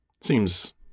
seems